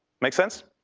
make sense?